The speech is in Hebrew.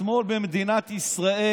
השמאל במדינת ישראל,